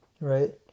right